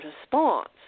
response